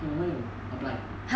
don't know apply